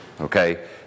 okay